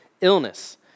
illness